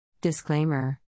Disclaimer